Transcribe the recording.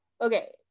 okay